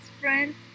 friends